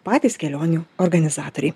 patys kelionių organizatoriai